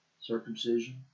Circumcision